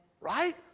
right